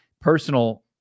personal